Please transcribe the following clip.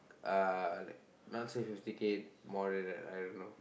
uh like not say fifty K more real right I don't know